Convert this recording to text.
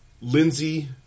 Lindsey